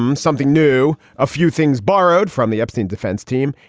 um something new. a few things borrowed from the obscene defense team.